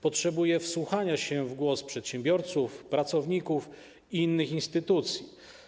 Potrzebuje wsłuchania się w głos przedsiębiorców, pracowników i innych instytucji.